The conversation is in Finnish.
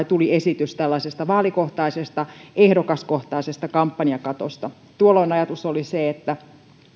tuli esitys tällaisesta vaalikohtaisesta ehdokaskohtaisesta kampanjakatosta tuolloin ajatus oli se että